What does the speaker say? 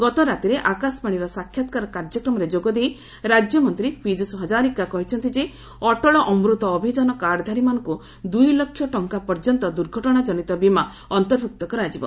ଗତ ରାତିରେ ଆକାଶବାଣୀର ସାକ୍ଷାତକାର କାର୍ଯ୍ୟକ୍ରମରେ ଯୋଗଦେଇ ରାଜ୍ୟମନ୍ତ୍ରୀ ପିଜୁସ୍ ହଜାରିକା କହିଛନ୍ତି ଯେ ଅଟଳ ଅମୃତ ଅଭିଯାନ କାର୍ଡଧାରୀମାନଙ୍କୁ ଦୁଇଲକ୍ଷ ଟଙ୍କା ପର୍ଯ୍ୟନ୍ତ ଦୁର୍ଘଟଣାଜନିତ ବୀମା ଅନ୍ତର୍ଭୁକ୍ତ କରାଯିବ